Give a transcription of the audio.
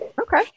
Okay